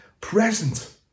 present